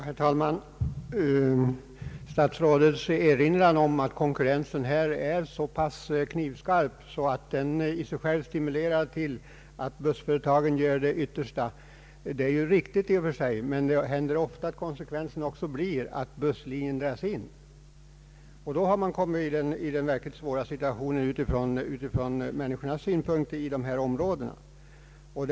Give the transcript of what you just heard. Herr talman! Statsrådets erinran om att konkurrensen är så knivskarp att den i sig själv stimulerar bussföretagen till att göra sitt yttersta är i och för sig riktig, men det händer ofta att konsekvensen i stället blir att busslinjen dras in. Och då har man från människornas synpunkt kommit i en än svårare situation.